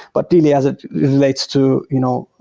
but, really, as it relates to you know